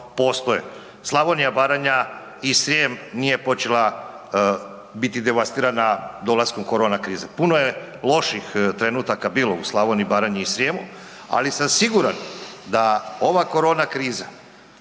Slavonija, Baranja i Srijem nije počela biti devastirana dolaskom korona krize. Puno je loših trenutaka bilo u Slavoniji, Baranji i Srijemu, ali sam siguran da ova korona kriza